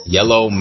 Yellow